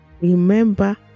Remember